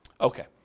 Okay